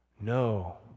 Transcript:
No